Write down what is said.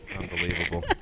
Unbelievable